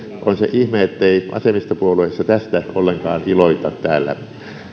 on se ihme ettei vasemmistopuolueissa tästä ollenkaan iloita täällä